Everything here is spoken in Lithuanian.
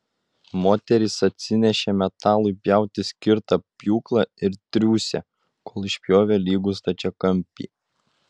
moterys atsinešė metalui pjauti skirtą pjūklą ir triūsė kol išpjovė lygų stačiakampį